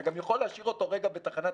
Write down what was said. אתה גם יכול להשאיר אותו רגע בתחנת